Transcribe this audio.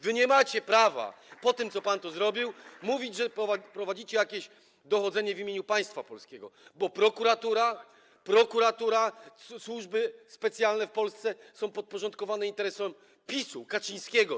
Wy nie macie prawa po tym, co pan tu zrobił, mówić, że prowadzicie jakieś dochodzenie w imieniu państwa polskiego, bo prokuratura, służby specjalne w Polsce są podporządkowane interesom PiS-u, Kaczyńskiego.